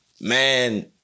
man